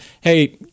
hey